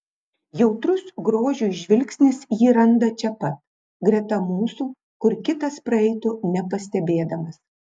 jautrus grožiui žvilgsnis jį randa čia pat greta mūsų kur kitas praeitų nepastebėdamas